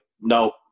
no